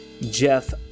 Jeff